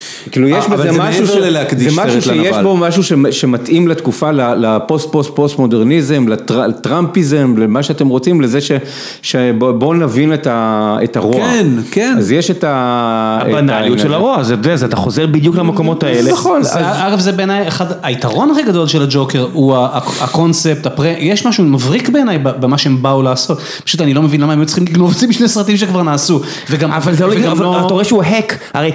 כאילו יש בו משהו שמתאים לתקופה לפוסט פוסט פוסט מודרניזם, לטראמפיזם, למה שאתם רוצים, לזה שבואו נבין את הרוע, אז יש את הבנאליות של הרוע, אתה חוזר בדיוק למקומות האלה. זה בעיניי היתרון הכי גדול של הג'וקר הוא הקונספט, יש משהו מבריק בעיניי במה שהם באו לעשות, פשוט אני לא מבין למה הם היו צריכים לגנוב אותי בשני סרטים שכבר נעשו. אבל אתה רואה שהוא hack.